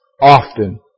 often